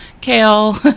kale